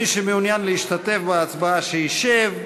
מי שמעוניין להשתתף בהצבעה שישב.